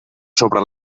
sobre